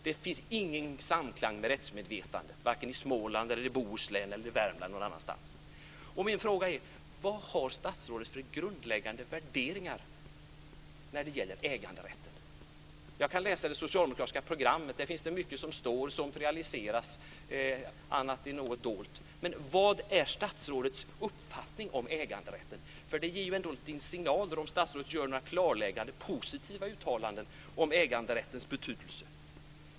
Det finns ingen samklang med rättsmedvetandet, varken i Småland, Bohuslän, Värmland eller någon annanstans. Vad har statsrådet för grundläggande värderingar när det gäller äganderätten? Jag kan läsa det socialdemokratiska programmet. Där står mycket som realiseras. Annat är något dolt. Men vad är statsrådets uppfattning om äganderätten? Om statsrådet gör något klarläggande eller gör något positivt uttalande ger hon en signal om äganderättens betydelse.